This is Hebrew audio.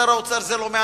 את שר האוצר זה לא מעניין.